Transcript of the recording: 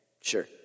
sure